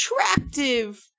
attractive